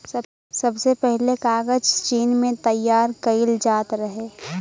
सबसे पहिले कागज चीन में तइयार कइल जात रहे